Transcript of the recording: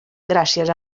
gràcies